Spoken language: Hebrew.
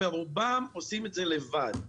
ורובם עושים את זה לבד,